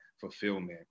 fulfillment